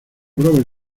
robert